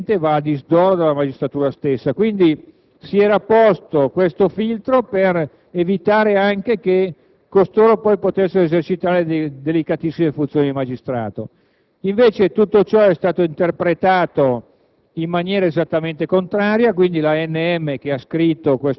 delle assolute stranezze. Potrei dilungarmi su esempi clamorosi da questo punto di vista. È evidente che, sia gli avvocati, sia i colleghi, sia soprattutto i cittadini che non conoscono questo quadro e vedono comunque il magistrato attivo